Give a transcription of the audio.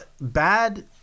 bad